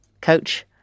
coach